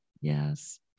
Yes